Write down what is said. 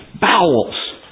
Bowels